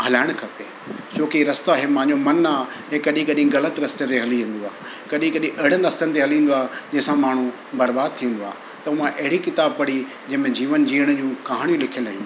हलाइणु खपे छोकी रस्ता इहे मुंहिजो मन आहे इहे कॾहिं कॾहिं ग़लति रस्ते हली वेंदो आहे कॾहिं कॾहिं अहिड़े रस्तनि ते हली वेंदो आहे जंहिंसां माण्हू बरबादु थींदो आहे त मां अहिड़ी किताब पढ़ी जंहिंमें जीवन जीअण जूं कहाणियूं लिखियल आहिनि